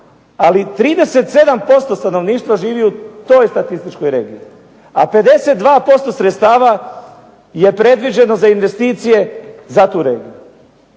ali 37% stanovništva živi u toj statističkoj regiji, a 52% sredstava je predviđeno za investicije za tu regiju.